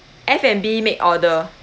F&B make order